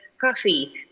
coffee